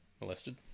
molested